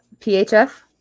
PHF